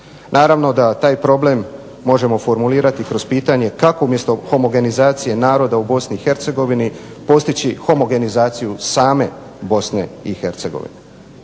Naravno da taj problem možemo formulirati kroz pitanje kako umjesto homogenizacije naroda u BiH postići homogenizaciju same BiH.